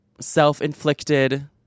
self-inflicted